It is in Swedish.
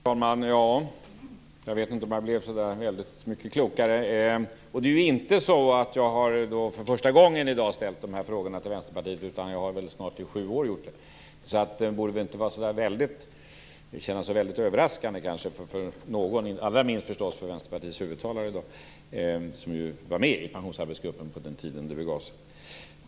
Fru talman! Jag vet inte om jag blev så mycket klokare. Det är ju inte så att jag för första gången i dag ställer de här frågorna till Vänsterpartiet, utan det har jag gjort i snart sju år. Därför borde de väl inte komma så väldigt överraskande för någon - allra minst för Vänsterpartiets huvudtalare i dag, som ju var med i pensionsarbetsgruppen på den tiden det begav sig.